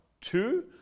Two